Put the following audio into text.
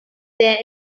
their